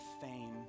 fame